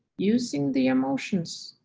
using the emotions,